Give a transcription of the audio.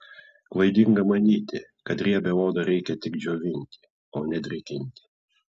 klaidinga manyti kad riebią odą reikia tik džiovinti o ne drėkinti